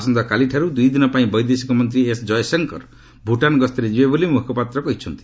ଆସନ୍ତାକାଲିଠାରୁ ଦୁଇ ଦିନ ପାଇଁ ବୈଦେଶିକ ମନ୍ତ୍ରୀ ଏସ୍ ଜୟଶଙ୍କର ଭୁଟାନ ଗସ୍ତରେ ଯିବେ ବୋଲି ମୁଖପାତ୍ର କହିଛନ୍ତି